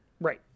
Right